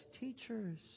teachers